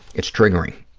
it's triggering.